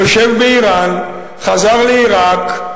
היושב באירן, חזר לעירק.